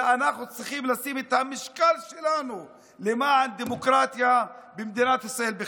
אלא אנחנו צריכים לשים את המשקל שלנו למען דמוקרטיה במדינת ישראל בכלל.